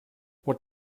what